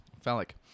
Phallic